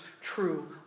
true